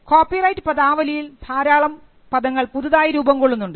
copyright പദാവലിയിൽ ധാരാളം പദങ്ങൾ പുതുതായി രൂപം കൊള്ളുന്നുണ്ട്